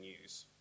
news